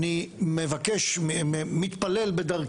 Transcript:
ואני מתפלל בדרכי שהוא יצליח.